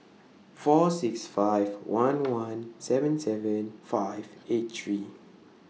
four six five one one seven seven five eight three